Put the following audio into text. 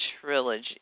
trilogy